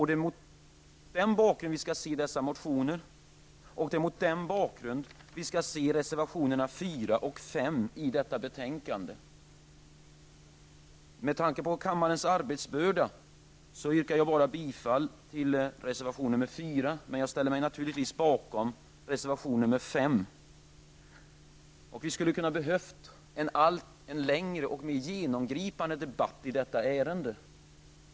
Det är mot den bakgrunden vi skall se dessa motioner och reservationerna 4 och 5 till detta betänkande. Med tanke på kammarens arbetsbörda nöjer jag mig med att yrka bifall till reservation 4, men jag ställer mig naturligtvis bakom reservation nr 5. Vi skulle ha behövt en längre och mer genomgripande debatt i detta ärende.